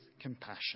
compassion